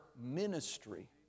ministry